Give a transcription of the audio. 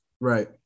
Right